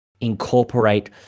incorporate